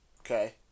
okay